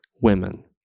women